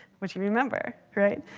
which you remember, right?